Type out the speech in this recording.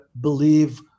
believe